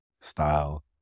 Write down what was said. style